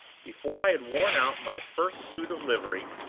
before i had worn out my first suit of livery,